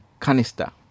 canister